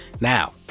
Now